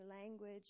language